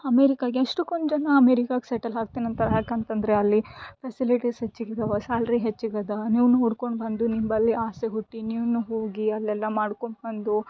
ಅಮೇರಿಕಾಗೆ ಎಷ್ಟಕೊಂದು ಜನ ಅಮೇರಿಕಾಗೆ ಸೆಟಲ್ ಆಗ್ತೀನಂತ ಯಾಕಂತಂದರೆ ಅಲ್ಲಿ ಫೆಸಿಲಿಟೀಸ್ ಹೆಚ್ಚಿಗೆ ಇದಾವ ಸ್ಯಾಲ್ರಿ ಹೆಚ್ಚಿಗದಾ ನೀವೂ ನೋಡ್ಕೊಂಡು ಬಂದು ನಿಂಬಲ್ಲಿ ಆಸೆ ಹುಟ್ಟಿ ನೀವೂ ಹೋಗಿ ಅಲ್ಲೆಲ್ಲ ಮಾಡ್ಕೊಬಂದು